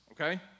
okay